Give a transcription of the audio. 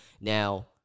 Now